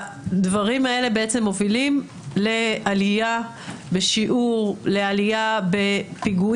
הדברים האלה בעצם מובילים לעלייה בשיעור הפיגועים,